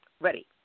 ready